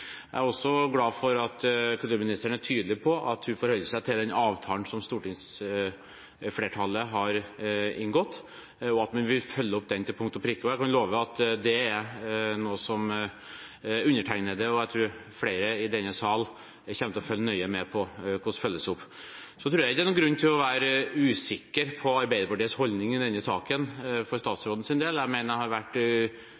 Jeg er også glad for at kulturministeren er tydelig på at hun forholder seg til avtalen som stortingsflertallet har inngått, og at hun vil følge den opp til punkt og prikke. Jeg kan love at det er noe som undertegnede – og jeg tror flere i denne sal – kommer til å følge nøye med på, hvordan det følges opp. Jeg tror ikke det for statsrådens del er noen grunn til å være usikker på Arbeiderpartiets holdning i denne saken.